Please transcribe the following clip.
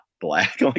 black